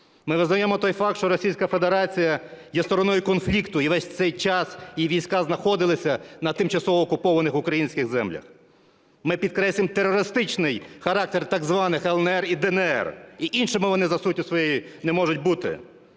Ми визнаємо той факт, що Російська Федерація є стороною конфлікту і весь цей час її війська знаходилися на тимчасово окупованих українських землях. Ми підкреслюємо терористичний характер так званих ЛНР і ДНР, і іншими вони за суттю своєю не можуть бути.